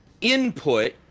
input